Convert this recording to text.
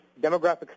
Demographic